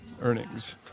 earnings